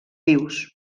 vius